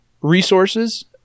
Resources